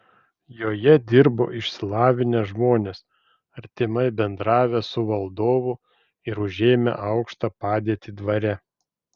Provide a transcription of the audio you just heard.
joje dirbo išsilavinę žmonės artimai bendravę su valdovu ir užėmę aukštą padėtį dvare